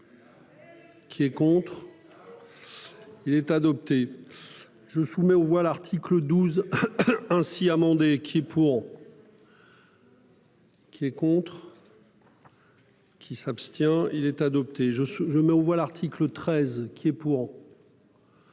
Qui est contre. Il est adopté. Je soumets aux voix l'article 12. Ainsi amendée qui est pour. Qui est contre.-- Qui s'abstient il est adopté. Je suis je mets aux voix l'article 13 qui est pour.--